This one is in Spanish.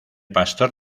pastor